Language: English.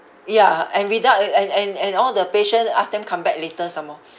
ya and without uh and and and all the patient ask them come back later some more